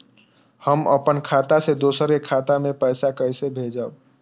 हम अपन खाता से दोसर के खाता मे पैसा के भेजब?